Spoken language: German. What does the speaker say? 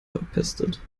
verpestet